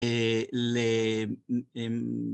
אה.. ל.. אממ..